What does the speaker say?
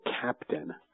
captain